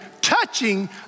touching